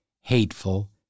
hateful